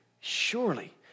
surely